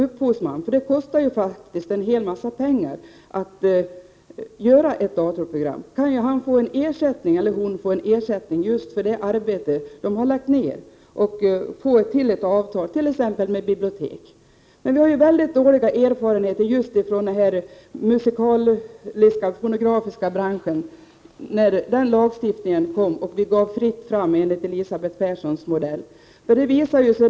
Eftersom det kostar en hel del pengar att göra ett datorprogram kan upphovsmannen få en ersättning för det arbete som han har lagt ned och få till stånd ett avtal, t.ex. med bibliotek. Vi har mycket dåliga erfarenheter just från den fonografiska branschen i samband med den lagstiftning som tillkom och som gjorde det fritt fram på detta område, enligt Elisabeth Perssons modell.